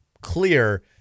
clear